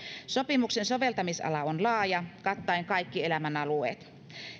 sopimuksen soveltamisala on laaja kattaen kaikki elämänalueet